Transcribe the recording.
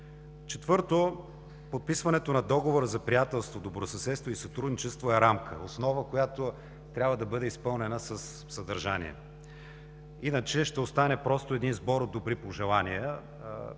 Четвърто, подписването на Договора за приятелство, добросъседство и сътрудничество е рамка, основа, която трябва да бъде изпълнена със съдържание. Иначе ще остане просто един сбор от добри пожелания,